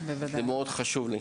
זה מאוד חשוב.